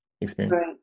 experience